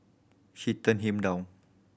she turned him down